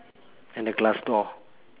and the glass door